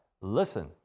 Listen